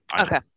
Okay